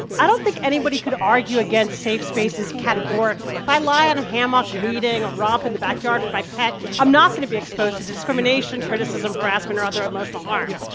i don't think anybody could argue against safe spaces categorically. if i lie on a hammock, reading, or romp in the backyard with my pet, i'm not going to be exposed to discrimination, criticism harassment, or other emotional harm.